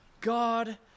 God